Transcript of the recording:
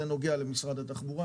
זה נוגע למשרד התחבורה,